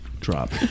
Drop